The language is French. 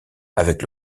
avec